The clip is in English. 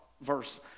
verse